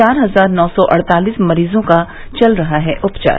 चार हजार नौ सौ अड़तालीस मरीजों का चल रहा है उपचार